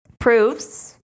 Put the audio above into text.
proves